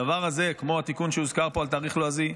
הדבר הזה כמו התיקון שהוזכר פה על תאריך לועזי.